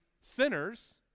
sinners